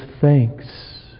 thanks